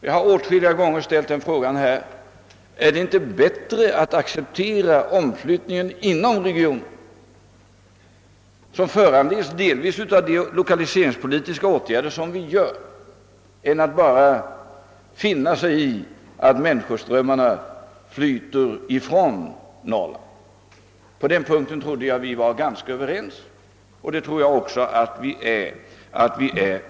Jag har åtskilliga gånger ställt frågan: Är det inte bättre att acceptera en omflyttning inom regionen som delvis föranledes av de lokaliseringspolitiska åtgärder vi vidtar än att bara finna sig i att människoströmmarna flyter från Norrland? På den punkten trodde jag att vi var överens, och det tror jag fortfarande att vi är.